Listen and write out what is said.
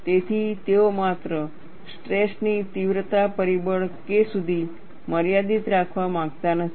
તેથી તેઓ માત્ર સ્ટ્રેસ ની તીવ્રતા પરિબળ K સુધી મર્યાદિત રાખવા માંગતા નથી